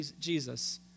Jesus